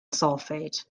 sulfate